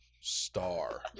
Star